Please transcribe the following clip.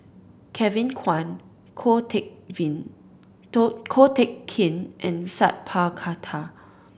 Kevin Kwan Ko Teck Ko Teck Kin and Sat Pal Khattar